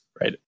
right